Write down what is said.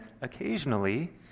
occasionally